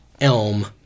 Elm